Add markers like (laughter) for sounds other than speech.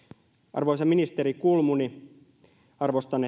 arvoisa ministeri kulmuni arvostan (unintelligible)